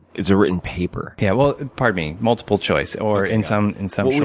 it's a written paper. yeah. well, pardon me, multiple choice or and some and some sort